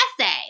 essay